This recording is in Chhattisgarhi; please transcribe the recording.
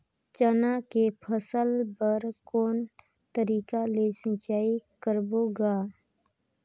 चना के फसल बर कोन तरीका ले सिंचाई करबो गा?